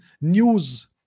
news